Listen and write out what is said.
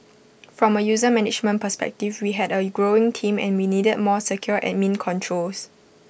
from A user management perspective we had A growing team and we needed more secure admin controls